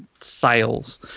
sales